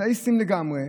אתאיסטים לגמרי,